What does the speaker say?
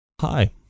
hi